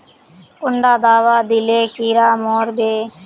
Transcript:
कुंडा दाबा दिले कीड़ा मोर बे?